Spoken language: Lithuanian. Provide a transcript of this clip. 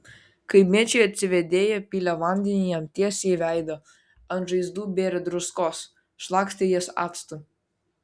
kaimiečiai atsivėdėję pylė vandenį jam tiesiai į veidą ant žaizdų bėrė druskos šlakstė jas actu